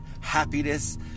happiness